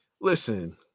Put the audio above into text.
listen